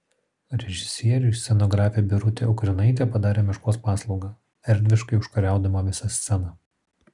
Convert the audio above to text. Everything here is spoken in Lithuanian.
režisieriui scenografė birutė ukrinaitė padarė meškos paslaugą erdviškai užkariaudama visą sceną